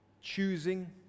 Choosing